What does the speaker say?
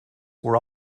were